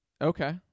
Okay